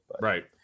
right